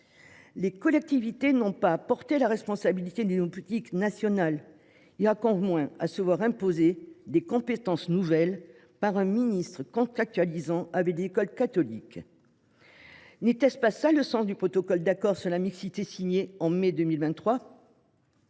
Or celles ci n’ont pas à porter la responsabilité d’une politique nationale ni, encore moins, à se voir imposer des compétences nouvelles par un ministre qui contractualise avec les écoles catholiques. N’était ce pas le sens du protocole d’accord sur la mixité signée en mai 2023 ?